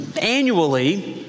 annually